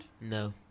No